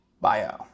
bio